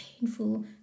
painful